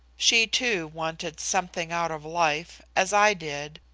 she, too, wanted something out of life, as i did,